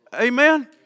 Amen